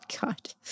God